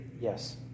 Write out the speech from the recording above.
Yes